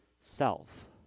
self